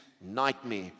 nightmare